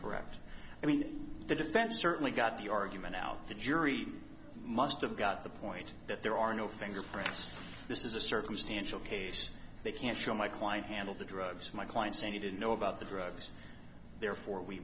correct i mean the defense certainly got the argument out the jury must have got the point that there are no fingerprints this is a circumstantial case they can't show my client handled the drugs my client saying he didn't know about the drugs therefore